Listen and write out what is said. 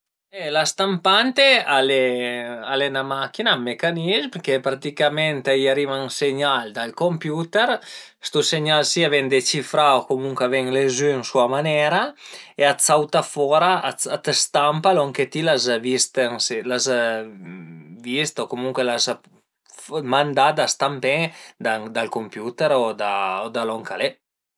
E la stampante al e al e 'na machin-a, ën mecanil përché praticament a i ariva ën segnal dal computer, stu segnal si a ven decifrà o comuncue a ven lezü ën sua manera e a t'sauta fora, a të stampa lon che ti las vist, las vist o comuncue las mandà stampé dal computer o da lon ch'al e